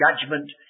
judgment